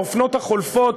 האופנות החולפות,